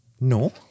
no